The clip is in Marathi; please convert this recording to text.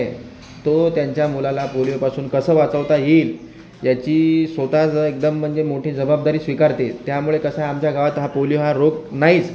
तो त्यांच्या मुलाला पोलिओपासून कसं वाचवता येईल याची स्वतःच एकदम म्हणजे मोठी जबाबदारी स्वीकारते त्यामुळे कसं आमच्या गावात हा पोलिओ हा रोग नाहीच